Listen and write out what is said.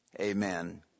Amen